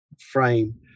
frame